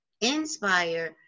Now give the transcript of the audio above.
inspire